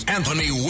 Anthony